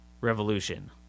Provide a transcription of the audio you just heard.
revolution